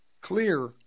clear